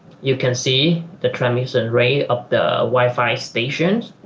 you can see the transmission rate of the wifi station